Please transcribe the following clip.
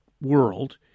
world—